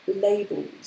labels